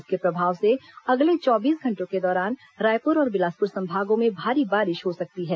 इसके प्रभाव से अगले चौबीस घंटे के दौरान रायपुर और बिलासपुर संभागों में भारी बारिश हो सकती है